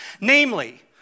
Namely